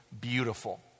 beautiful